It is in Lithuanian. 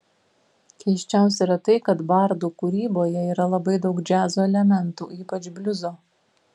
keisčiausia yra tai kad bardų kūryboje yra labai daug džiazo elementų ypač bliuzo